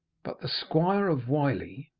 but the squire of wiley,